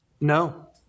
No